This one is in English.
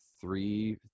three